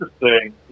interesting